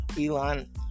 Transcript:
Elon